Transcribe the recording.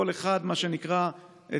מה שנקרא,